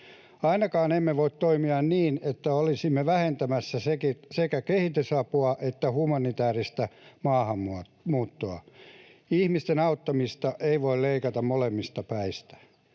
Ainakaan emme voi toimia niin, että olisimme vähentämässä sekä kehitysapua että humanitääristä maahanmuuttoa. Ihmisten auttamista ei voi leikata molemmista päistä.